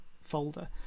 folder